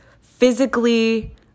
physically